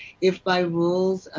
if, by rules,